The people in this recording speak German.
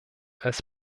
als